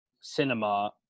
cinema